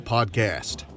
Podcast